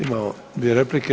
Imamo dvije replike.